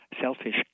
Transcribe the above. selfish